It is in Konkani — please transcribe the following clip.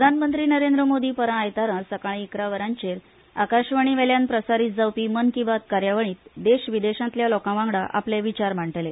प्रधानमंत्री नरेंद्र मोदी आयतारा सकाळी इकरा वरांचेर आकाशवाणीवेल्यान प्रसारित जावपी मन की बात कार्यावळीत देशविदेशातल्या लोकावांगडा आपले विचार मांडटले